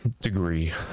degree